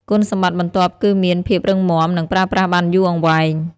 គុណសម្បត្តិបន្ទាប់គឺមានភាពរឹងមាំ និងប្រើប្រាស់បានយូរអង្វែង។